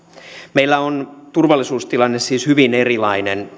meillä on turvallisuustilanne siis hyvin erilainen